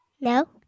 No